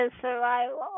survival